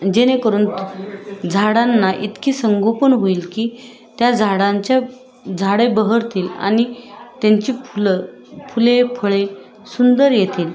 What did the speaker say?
जेणेकरून झाडांना इतकी संगोपन होईल की त्या झाडांच्या झाडे बहरतील आणि त्यांची फुलं फुले फळे सुंदर येतील